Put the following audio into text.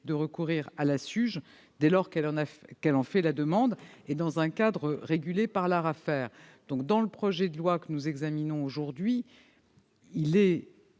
de recourir à la SUGE, dès lors qu'elle en fait la demande et dans un cadre régulé par l'ARAFER. Le projet de loi que nous examinons aujourd'hui prévoit